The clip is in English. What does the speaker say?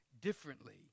differently